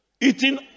eating